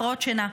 הפרעות שינה.